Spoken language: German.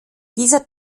dieser